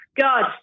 God